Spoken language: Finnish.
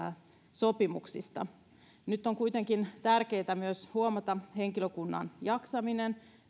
sopimuksista nyt on kuitenkin tärkeätä myös huomata henkilökunnan jaksaminen